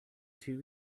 two